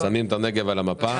שמים את הנגב על המפה.